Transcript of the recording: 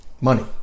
Money